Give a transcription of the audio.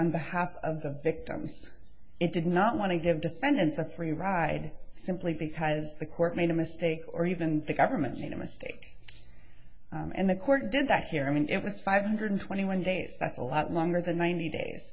on behalf of the victims it did not want to give defendants a free ride simply because the court made a mistake or even the government you know mistake and the court did that here i mean it was five hundred twenty one days that's a lot longer than ninety days